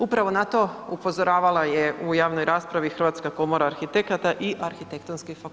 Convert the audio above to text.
Upravo na to upozoravala je u javnoj raspravi Hrvatska komora arhitekata i Arhitektonski fakultet.